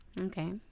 Okay